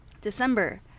December